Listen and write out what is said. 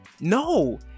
No